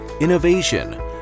innovation